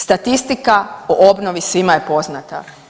Statistika o obnovi svima je poznata.